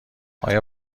آیا